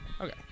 Okay